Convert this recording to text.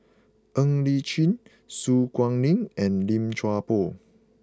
Ng Li Chin Su Guaning and Lim Chuan Poh